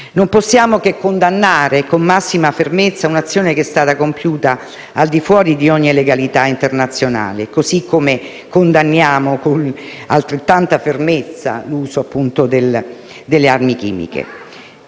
Non possiamo che condannare con massima fermezza un'azione che è stata compiuta al di fuori di ogni legalità internazionale, così come condanniamo con altrettanta fermezza l'uso delle armi chimiche.